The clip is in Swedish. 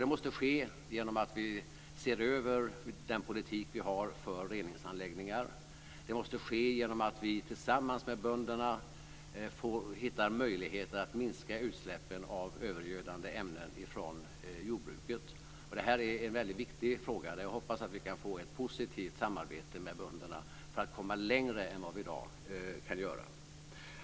Det måste ske genom att vi ser över den politik vi har för reningsanläggningar, och det måste ske genom att vi tillsammans med bönderna hittar möjligheter att minska utsläppen av övergödande ämnen från jordbruket. Det här är en väldigt viktig fråga där jag hoppas att vi kan få ett positivt samarbete med bönderna för att komma längre än vad vi i dag kan göra.